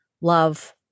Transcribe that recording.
love